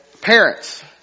Parents